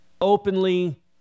openly